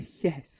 yes